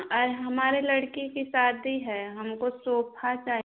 अरे हमारे लड़के की शादी है हमको सोफा चाहिए